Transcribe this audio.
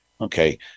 Okay